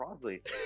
Crosley